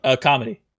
comedy